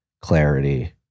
clarity